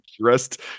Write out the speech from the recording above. Dressed